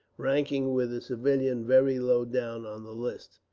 ranking with a civilian very low down on the list.